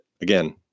again